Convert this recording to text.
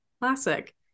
classic